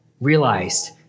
realized